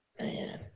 Man